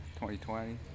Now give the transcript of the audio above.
2020